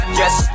yes